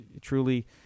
truly